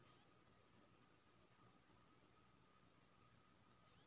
हमरा किछ पैसा जमा करबा के छै, अभी ब्याज के दर की छै?